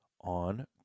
on